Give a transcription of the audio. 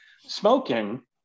smoking